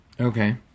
Okay